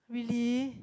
really